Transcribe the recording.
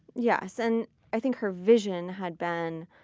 yes, and i think her vision had been,